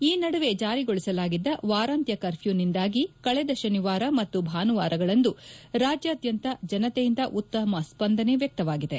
ಈ ನಡುವೆ ಜಾರಿಗೊಳಿಸಲಾಗಿದ್ದ ವಾರಾಂತ್ಯ ಕರ್ಫ್ಯೂನಿಂದಾಗಿ ಕಳೆದ ಶನಿವಾರ ಮತ್ತು ಭಾನುವಾರಗಳಂದು ರಾಜ್ಯಾದ್ಯಂತ ಜನತೆಯಿಂದ ಉತ್ತಮ ಸ್ಪಂದನೆ ವ್ಯಕ್ತವಾಗಿದೆ